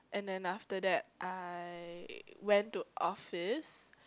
and then after that I went to office